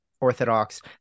Orthodox